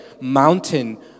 mountain